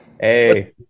Hey